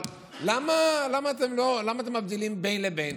אבל למה אתם מבדילים בין לבין?